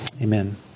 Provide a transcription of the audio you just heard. Amen